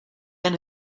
and